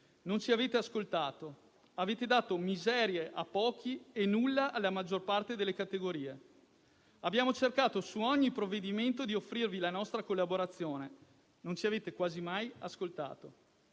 Non ci avete ascoltato; avete dato miserie a pochi e nulla alla maggior parte delle categorie. Abbiamo cercato su ogni provvedimento di offrirvi la nostra collaborazione; non ci avete quasi mai ascoltato.